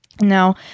Now